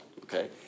Okay